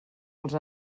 els